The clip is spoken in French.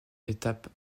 étape